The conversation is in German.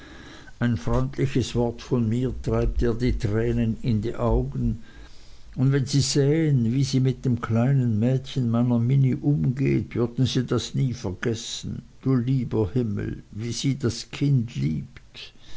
ein freundliches wort von mir treibt ihr die tränen in die augen und wenn sie sähen wie sie mit dem kleinen mädchen meiner minnie umgeht würden sie das nie vergessen du lieber himmel wie sie das kind liebt